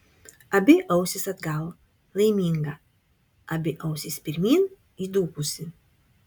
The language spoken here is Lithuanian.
abi ausys atgal laiminga abi ausys pirmyn įdūkusi